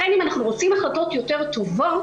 לכן אם אנחנו רוצים החלטות יותר טובות,